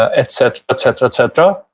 ah et cetera, et cetera, et cetera,